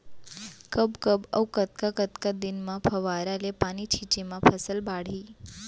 कब कब अऊ कतका कतका दिन म फव्वारा ले पानी छिंचे म फसल बाड़ही?